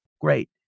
great